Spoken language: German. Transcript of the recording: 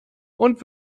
und